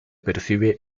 percibe